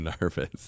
nervous